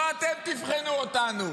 לא אתם תבחנו אותנו.